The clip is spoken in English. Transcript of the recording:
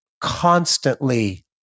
constantly